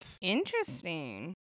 Interesting